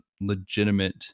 legitimate